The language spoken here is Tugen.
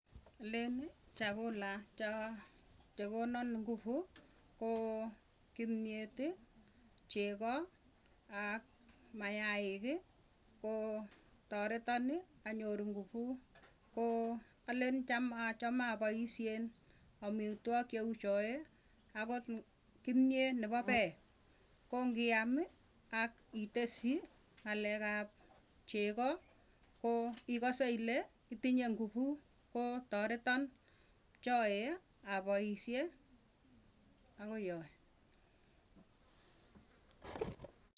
Aleni chakula chaa chekono nguvu, koo kimyeti, chego, ak mayaiki. Koo taretoni anyor nguvuu koo alen cham achame apaisyen, amitwok cheuchoe akot kimyet nepo peek. Ko ngiami ak itesyi ng'alekap chego ko ikase ile itinye nguvuu, koo taretan choe apaisyee akoi yoe.